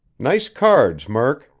nice cards, murk,